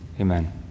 Amen